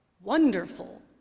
wonderful